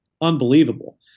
unbelievable